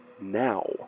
Now